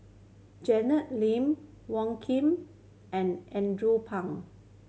Janet Lim Wong Keen and Andrew Phang